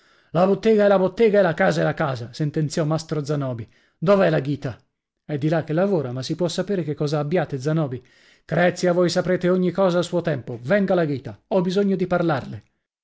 la bottega è la bottega e la casa è la casa sentenziò mastro zanobi dov'è la ghita è di là che lavora ma si può sapere che cosa abbiate zanobi crezia voi saprete ogni cosa a suo tempo venga la ghita ho bisogno di parlarle